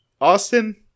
Austin